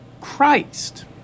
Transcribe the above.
Christ